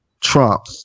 Trump